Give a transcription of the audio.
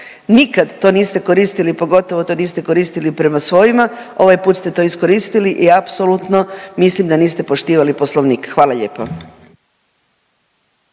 nikad to niste koristili, pogotovo to niste koristili prema svojima, ovaj put ste to iskoristili i apsolutno mislim da niste poštivali Poslovnik. Hvala lijepo.